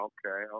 Okay